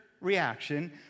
reaction